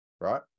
Right